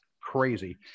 crazy